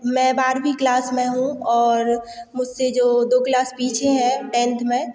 मैं बारहवीं क्लास में हूँ और मुझसे जो दो क्लास पीछे हैं टेंथ में